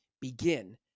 begin